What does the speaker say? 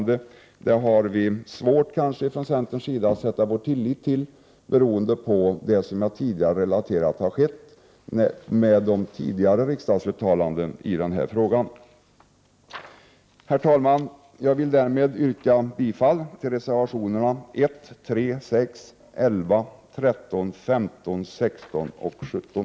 Det har vi från centerns sida svårt att sätta vår tillit till, med tanke på vad som har skett — såsom jag har relaterat — med tidigare riksdagsuttalanden i den här frågan. Herr talman! Jag vill yrka bifall till reservationerna 1, 3, 6, 11, 13, 15, 16 och 17.